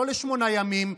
לא לשמונה ימים,